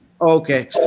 Okay